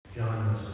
John